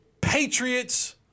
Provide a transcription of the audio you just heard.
Patriots